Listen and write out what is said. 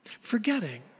forgetting